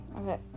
okay